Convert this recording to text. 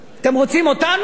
אתם רוצים אותנו?